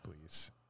please